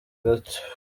gato